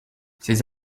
ces